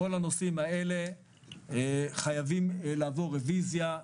כל זה חייב לעבור רביזיה.